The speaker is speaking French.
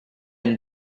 une